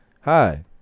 hi